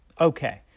okay